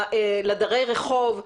לדיירי הרחוב,